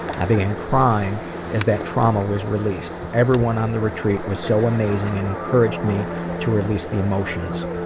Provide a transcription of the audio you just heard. i began crying as that trauma was released. everyone on the retreat was so amazing, and encouraged me to release the emotions.